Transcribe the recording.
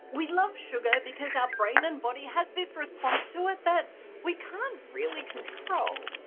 we love sugar because our brain and body has this response to it that we can't really control.